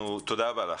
תודה רבה לך.